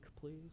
please